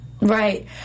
right